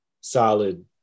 solid